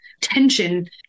tension